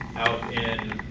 out in